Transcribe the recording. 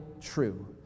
true